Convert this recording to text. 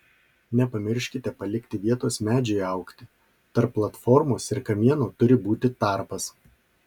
nepamirškite palikti vietos medžiui augti tarp platformos ir kamieno turi būti tarpas